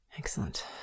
Excellent